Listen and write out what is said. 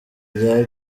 rya